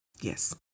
Yes